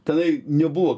tenai nebuvo